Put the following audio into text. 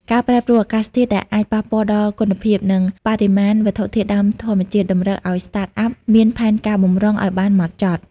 ការប្រែប្រួលអាកាសធាតុដែលអាចប៉ះពាល់ដល់គុណភាព និងបរិមាណវត្ថុធាតុដើមធម្មជាតិ តម្រូវឱ្យ Startup មានផែនការបម្រុង ឱ្យបានហ្មត់ចត់។